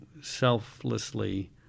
selflessly